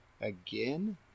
again